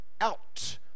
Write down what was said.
out